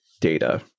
data